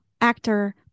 actor